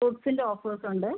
ഫ്രൂട്സിൻ്റെ ഓഫേഴ്സുണ്ട്